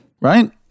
right